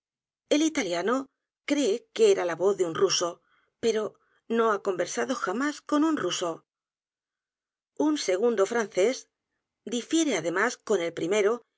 el italiano cree que era la voz de un ruso pero no ha conversado j a m á s con un ruso un segundo francés difiere además con el